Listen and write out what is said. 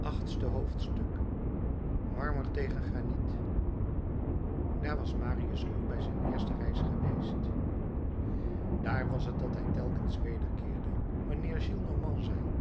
achtste hoofdstuk marmer tegen graniet daar was marius ook bij zijn eerste reis geweest daar was t dat hij telkens wederkeerde wanneer gillenormand zeide